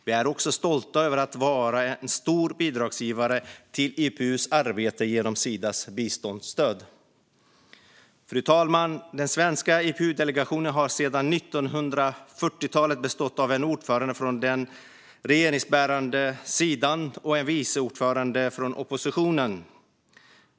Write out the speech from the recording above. Vi är också stolta över att vara en stor bidragsgivare till IPU:s arbete genom Sidas biståndsstöd. Fru talman! Den svenska IPU-delegationen har sedan 1940-talet bestått av en ordförande från den regeringsbärande sidan och en vice ordförande från oppositionen.